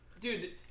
Dude